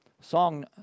Song